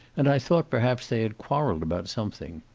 and i thought perhaps they had quarreled about something.